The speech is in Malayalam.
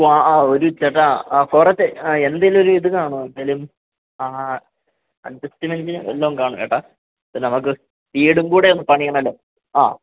ഓ ആഹ് അഹ് ഒരു ചേട്ടാ പുറത്ത് എന്തേലും ഒരു ഇത് കാണുമോ എന്തേലും ആഹ് അഡ്ജസ്റ്റ്മെൻറ്റ് വല്ലതും കാണുമോ ചേട്ടാ ഇപ്പോൾ നമുക്ക് വീടും കൂടെ ഒന്ന് പണിയണമല്ലോ അഹ്